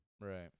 Right